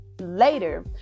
later